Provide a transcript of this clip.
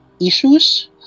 issues